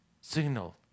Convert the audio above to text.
signal